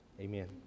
Amen